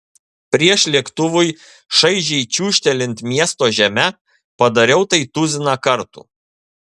prieš lėktuvui šaižiai čiūžtelint miesto žeme padariau tai tuziną kartų